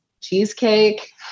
cheesecake